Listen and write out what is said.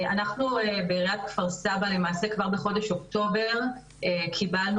אנחנו בעיריית כפר-סבא למעשה כבר בחודש אוקטובר קיבלנו